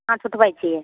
हाथ उठबै छियै